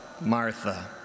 Martha